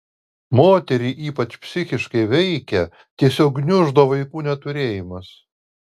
moterį ypač psichiškai veikia tiesiog gniuždo vaikų neturėjimas